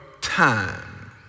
time